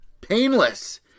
Painless